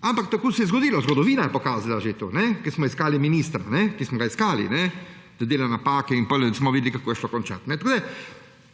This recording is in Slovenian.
Ampak tako se je zgodilo. Zgodovina je pokazala že to, ko smo iskali ministra, ki smo ga iskali, da dela napake in potem smo videli, kako se je končalo.